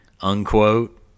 unquote